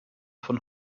von